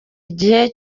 igihe